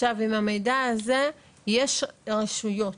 עכשיו עם המידע הזה יש רשויות